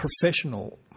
professional